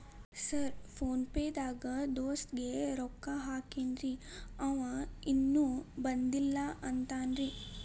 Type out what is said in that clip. Sir PhonePe ದಾಗ ದೋಸ್ತ್ ಗೆ ರೊಕ್ಕಾ ಹಾಕೇನ್ರಿ ಅಂವ ಇನ್ನು ಬಂದಿಲ್ಲಾ ಅಂತಾನ್ರೇ?